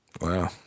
Wow